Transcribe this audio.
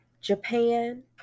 japan